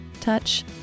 touch